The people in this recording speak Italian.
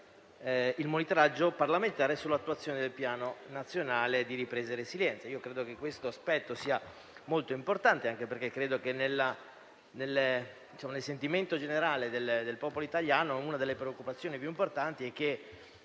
il monitoraggio parlamentare sull'attuazione del Piano nazionale di ripresa e resilienza. Reputo questo aspetto molto importante anche perché credo che, nel sentimento generale del popolo italiano, una delle preoccupazioni maggiori sia che